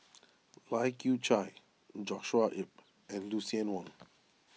Lai Kew Chai Joshua Ip and Lucien Wang